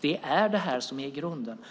Det är det som är grunden.